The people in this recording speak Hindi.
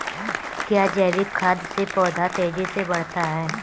क्या जैविक खाद से पौधा तेजी से बढ़ता है?